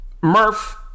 Murph